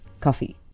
coffee